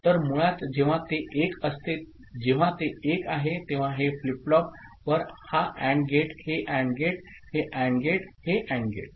तर मुळात जेव्हा ते 1 असते जेव्हा ते 1 आहे तेव्हा हे फ्लिप फ्लॉप फ्लॉपवर हा AND गेट हे AND गेट हे AND गेट हे AND गेट